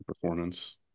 performance